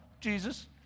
Jesus